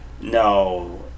No